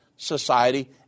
society